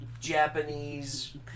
japanese